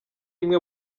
imwe